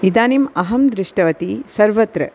इदानीम् अहं दृष्टवती सर्वत्र